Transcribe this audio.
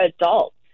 adults